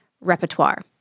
repertoire